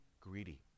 greedy